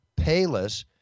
Payless